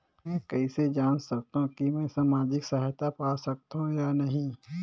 मै कइसे जान सकथव कि मैं समाजिक सहायता पा सकथव या नहीं?